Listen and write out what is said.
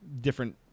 different